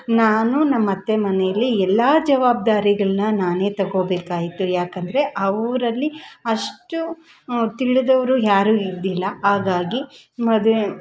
ನಾನು ನಮ್ಮತ್ತೆ ಮನೇಲಿ ಎಲ್ಲ ಜವಾಬ್ದಾರಿಗಳನ್ನ ನಾನೇ ತಗೊಳ್ಬೇಕಾಯ್ತು ಏಕೆಂದ್ರೆ ಅವರಲ್ಲಿ ಅಷ್ಟು ತಿಳಿದವರು ಯಾರೂ ಇದ್ದಿಲ್ಲ ಹಾಗಾಗಿ ಮದುವೆ